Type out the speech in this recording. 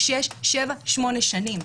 שש, שבע ושמונה שנים.